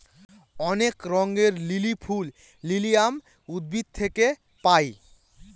অনেক রঙের লিলি ফুল লিলিয়াম উদ্ভিদ থেকে পায়